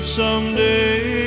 someday